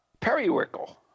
periwinkle